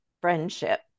friendship